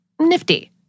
Nifty